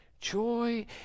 joy